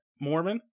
Mormon